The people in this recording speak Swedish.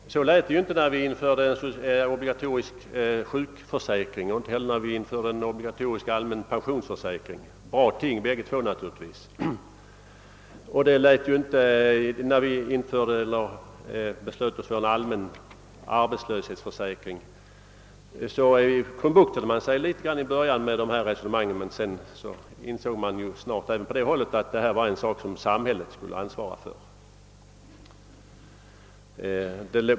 Så lät det inte när vi införde obligatorisk sjukförsäkring och inte heller när vi införde obligatorisk allmän pensionsförsäkring — bra båda två naturligtvis. När vi beslöt oss för en allmän arbetslöshetsförsäkring krumbuktade man sig i början med dylika resonemang, men man insåg snart att detta är något som samhället skall ansvara för.